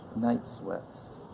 night sweats,